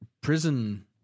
prison